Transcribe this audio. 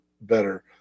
better